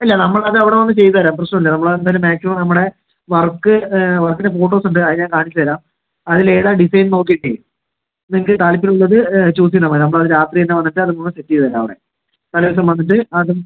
അല്ല നമ്മൾ അത് അവിട വന്നു ചെയ്ത് തരാം പ്രശ്നം ഇല്ല നമ്മൾ അത് എന്തായാലും മാക്സിമം നമ്മുടെ വർക്ക് വർക്കിന്റെ ഫോട്ടോസ് ഉണ്ട് അത് ഞാൻ കാണിച്ചുതരാം അതിൽ ഏതാണ് ഡിസൈൻ നോക്കിയിട്ട് നിങ്ങൾക്ക് താല്പര്യം ഉള്ളത് ചൂസ് ചെയ്താൽമതി നമ്മൾ അത് രാത്രിതന്നെ വന്നിട്ട് അതു മുഴുവൻ സെറ്റ് ചെയ്ത് തരാം അവിടെ തലേദിവസം വന്നിട്ട് അതും